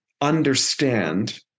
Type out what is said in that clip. understand